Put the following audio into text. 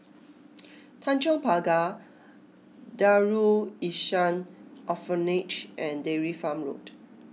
Tanjong Pagar Darul Ihsan Orphanage and Dairy Farm Road